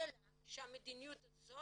אלא שהמדיניות הזאת